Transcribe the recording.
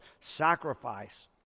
sacrifice